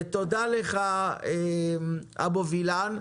תודה לך, אבו וילן.